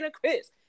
Chris